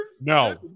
No